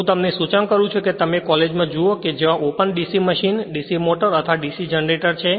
હું તમને સૂચન કરું છું કે તમે કોલેજ માં જુઓ કે જ્યાં જે open DC machine DC motor અથવા DC જનરેટર છે